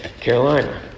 Carolina